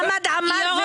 לא היו